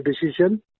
decision